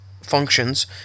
functions